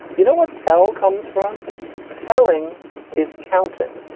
you know what? tell comes from telling is counting.